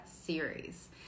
Series